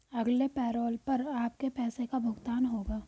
अगले पैरोल पर आपके पैसे का भुगतान होगा